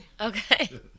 Okay